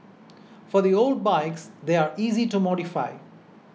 for the old bikes they're easy to modify